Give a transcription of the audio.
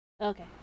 Okay